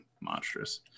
monstrous